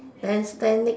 then standing